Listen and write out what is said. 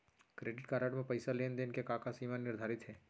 Credit card म पइसा लेन देन के का सीमा निर्धारित हे?